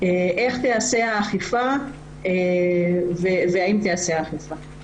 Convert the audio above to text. איך תיעשה האכיפה והאם תיעשה האכיפה.